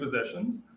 possessions